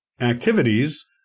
activities